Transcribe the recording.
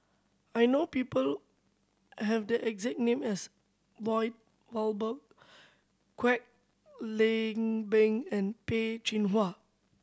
I know people I have the exact name as Lloyd Valberg Kwek Leng Beng and Peh Chin Hua